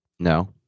No